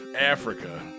Africa